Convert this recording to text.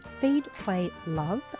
feedplaylove